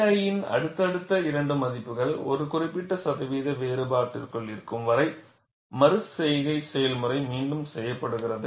KI இன் அடுத்தடுத்த இரண்டு மதிப்புகள் ஒரு குறிப்பிட்ட சதவீத வேறுபாட்டிற்குள் இருக்கும் வரை மறு செய்கை செயல்முறை மீண்டும் செய்யப்படுகிறது